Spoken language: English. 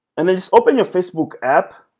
and then just open your facebook app.